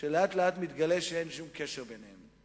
שלאט-לאט מתגלה שאין שום קשר ביניהם.